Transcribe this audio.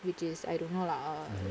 which is I don't know lah uh